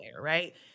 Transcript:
right